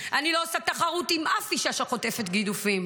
אני לא עושה תחרות עם אף אישה שחוטפת גידופים.